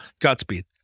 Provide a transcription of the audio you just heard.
Godspeed